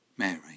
Mary